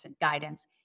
guidance